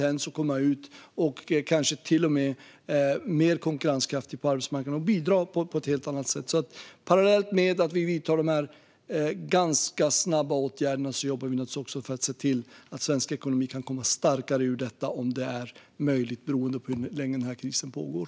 På så vis kan de komma ut och kanske till och med vara mer konkurrenskraftiga på arbetsmarknaden och bidra på ett helt annat sätt. Parallellt med att vi vidtar dessa ganska snabba åtgärder jobbar vi också för att se till att svensk ekonomi kan komma starkare ur detta om det är möjligt, beroende på hur länge krisen pågår.